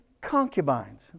concubines